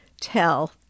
tell